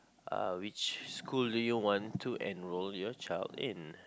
uh which school do you want to enroll your child in